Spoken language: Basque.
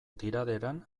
tiraderan